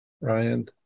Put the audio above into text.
Ryan